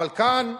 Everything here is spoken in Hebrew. אבל כאן,